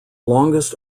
longest